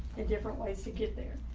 and different ways to get there.